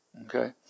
Okay